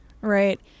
Right